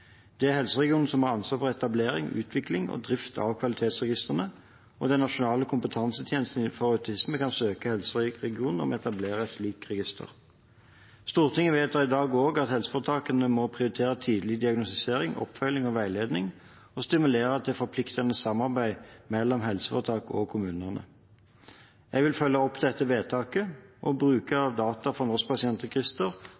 Det er helseregionen som har ansvar for etablering, utvikling og drift av kvalitetsregistrene, og Nasjonal kompetanseenhet for autisme kan søke helseregionen om å etablere et slikt register. Stortinget vedtar i dag også at helseforetakene må prioritere tidlig diagnostisering, oppfølging og veiledning og stimulere til forpliktende samarbeid mellom helseforetak og kommunene. Jeg vil følge opp dette vedtaket og bruke